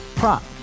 Prop